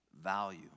value